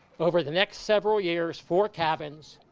over the next several years, four cabins,